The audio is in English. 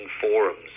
forums